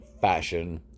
fashion